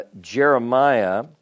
Jeremiah